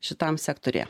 šitam sektoriuje